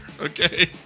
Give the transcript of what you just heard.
Okay